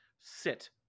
sit